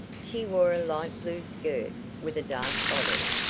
she wore a light-blue skirt, with a dark bodice,